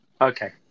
Okay